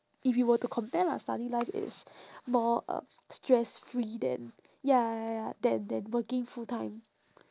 if you were to compare lah study life is more uh stress free than ya ya ya ya than than working full time